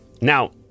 Now